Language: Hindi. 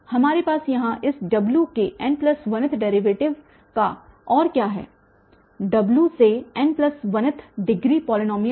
हमारे पास यहाँ इस W के n1 th डेरीवेटिव का और क्या है W फिर से n1 th डिग्री पॉलीनॉमियल है